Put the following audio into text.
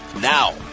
Now